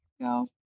go